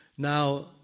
Now